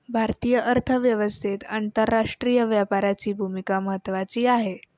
भारतीय अर्थव्यवस्थेत आंतरराष्ट्रीय व्यापाराची भूमिका महत्त्वाची आहे